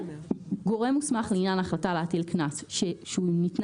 גורם מוסמך לעניין החלטה להטיל קנס שניתנה